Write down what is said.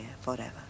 forever